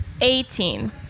Eighteen